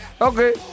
Okay